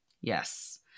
Yes